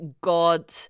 God